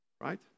Right